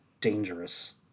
dangerous